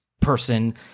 person